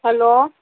hello